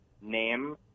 name